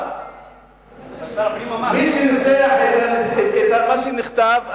מי שירצה את מה שנכתב,